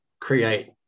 create